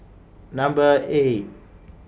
Number eight